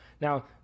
now